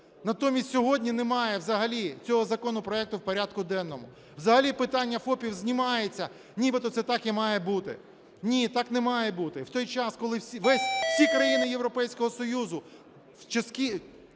Натомість сьогодні немає взагалі цього законопроекту в порядку денному, взагалі питання ФОПів знімається, ніби це так і має бути. Ні, так не має бути! В той час, коли всі країни Європейського Союзу в тяжкі